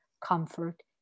comfort